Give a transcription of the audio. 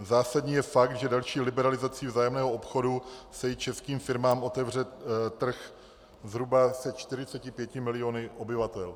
Zásadní je fakt, že další liberalizací vzájemného obchodu se i českým firmám otevře trh zhruba se 45 miliony obyvatel.